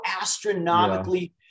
astronomically